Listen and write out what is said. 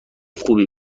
خوبی